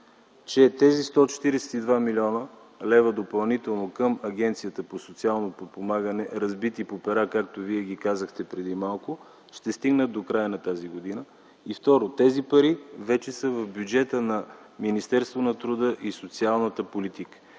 че тези 142 млн. лв. допълнително към Агенцията за социално подпомагане, разбити по пера, както Вие ги казахте преди малко, ще стигнат до края на тази година. Второ, тези пари вече са в бюджета на Министерството на труда и социалната политика.